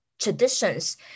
traditions